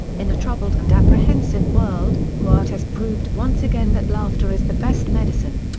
in a troubled and apprehensive world, newhart has proved once again that laughter is the best medicine.